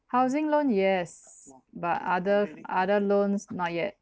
housing loan yes but other other loans not yet